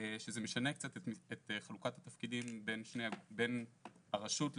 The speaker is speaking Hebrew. שזה משנה קצת את חלוקת התפקידים בין הרשות.